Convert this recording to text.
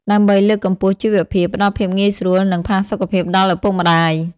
ដើម្បីលើកកម្ពស់ជីវភាព ផ្ដល់ភាពងាយស្រួល និងផាសុកភាពដល់ឪពុកម្ដាយ។